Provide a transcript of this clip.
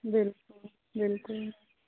ਬਿਲਕੁਲ ਬਿਲਕੁਲ